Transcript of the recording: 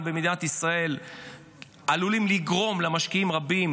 במדינת ישראל עלולים לגרום למשקיעים רבים